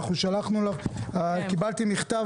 קיבלתי מכתב,